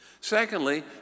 Secondly